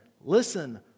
listen